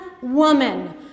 woman